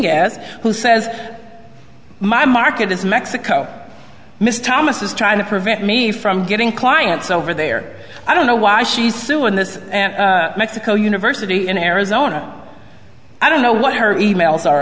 guess who says my market is mexico miss thomas is trying to prevent me from getting clients over there i don't know why she's suing this and mexico university in arizona i don't know what her emails are